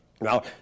Now